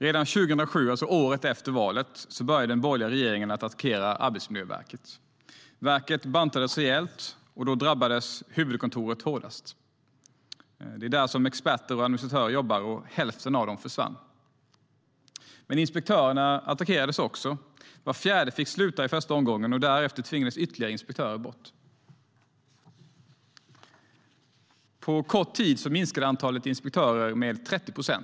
Redan 2007, året efter valet, började den borgerliga regeringen att attackera Arbetsmiljöverket. Verket bantades rejält, och då drabbades huvudkontoret hårdast. Där jobbar experter och administratörer. Hälften av dem försvann. Men också inspektörerna attackerades. Var fjärde fick sluta i första omgången, och därefter tvingades ytterligare inspektörer bort. På kort tid minskade antalet inspektörer med 30 procent.